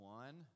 one